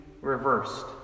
reversed